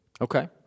Okay